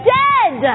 dead